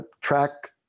track